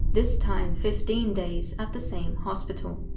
this time fifteen days, at the same hospital.